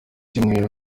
cyumweru